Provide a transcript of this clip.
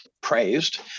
praised